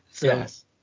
Yes